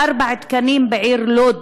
וארבעה תקנים בעיר לוד.